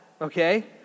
okay